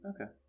okay